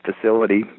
facility